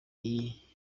iyihe